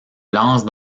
lance